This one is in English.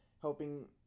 helping